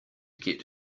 get